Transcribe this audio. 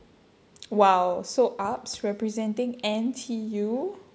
!wow! so ups representing N_T_U !wow!